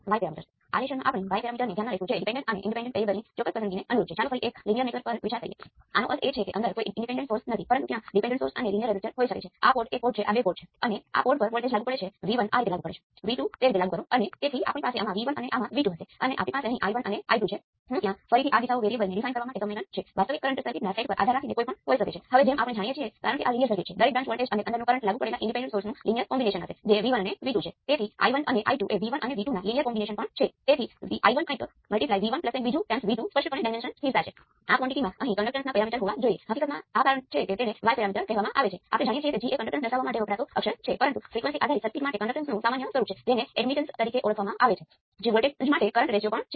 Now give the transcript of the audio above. હવે હું કેટલાક ઉદાહરણ સર્કિટ છે